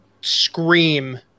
scream